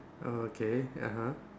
oh okay (uh huh)